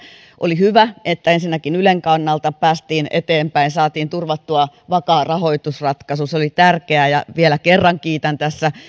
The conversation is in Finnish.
oli hyvä että ensinnäkin ylen kannalta päästiin eteenpäin saatiin turvattua vakaa rahoitusratkaisu se oli tärkeää ja vielä kerran kiitän tässä